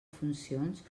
funcions